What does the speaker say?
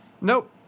nope